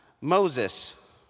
Moses